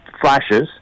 flashes